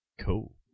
Cool